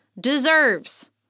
deserves